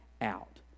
out